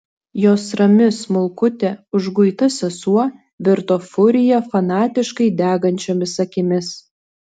jos rami smulkutė užguita sesuo virto furija fanatiškai degančiomis akimis